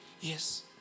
yes